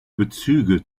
bezüge